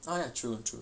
kind of true true